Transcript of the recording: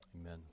Amen